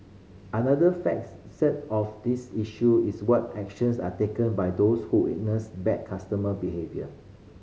another of this issue is what actions are taken by those who witness bad customer behaviour